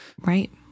Right